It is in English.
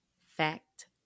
Fact